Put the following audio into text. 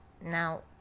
Now